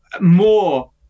more